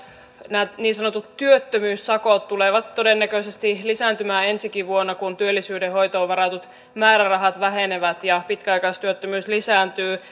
nämä niin sanotut työttömyyssakot tulevat todennäköisesti lisääntymään ensikin vuonna kun työllisyyden hoitoon varatut määrärahat vähenevät ja pitkäaikaistyöttömyys lisääntyy